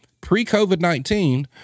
Pre-COVID-19